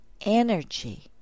energy